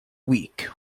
weak